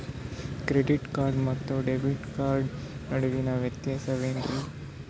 Credit card ಮತ್ತು debit card ನಡುವಿನ ವ್ಯತ್ಯಾಸ ವೇನ್ರೀ?